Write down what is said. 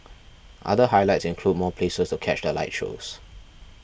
other highlights include more places to catch the light shows